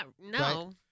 No